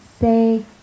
say